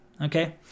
okay